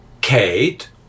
Kate